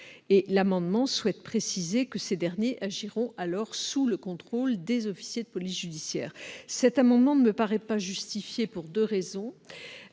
amendement tend à préciser que ces derniers agiront alors sous le contrôle des officiers de police judiciaire. Cet amendement ne me paraît pas justifié pour deux raisons